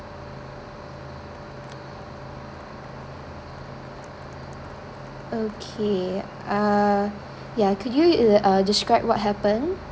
okay uh yeah could you e~ uh describe what happen